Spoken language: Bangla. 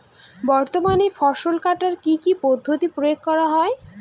বর্তমানে ফসল কাটার কি কি পদ্ধতি প্রয়োগ করা হয়?